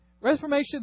Reformation